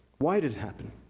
why'd it happen?